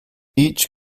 each